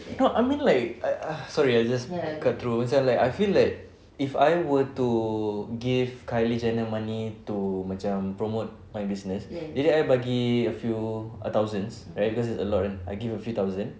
no I mean like I ah sorry I just cut through macam like I feel like if I were to give kylie jenner money to macam promote my business I bagi a few err thousands right cause it's a lot right I give a few thousands